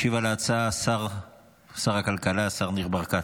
ישיב על ההצעה שר הכלכלה ניר ברקת.